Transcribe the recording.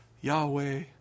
Yahweh